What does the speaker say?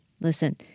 Listen